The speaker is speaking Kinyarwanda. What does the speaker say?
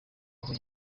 aho